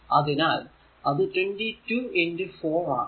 അതിനാൽ അത് 22 4 ആണ്